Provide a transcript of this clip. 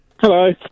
Hello